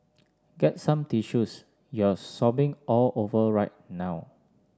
get some tissues you're sobbing all over right now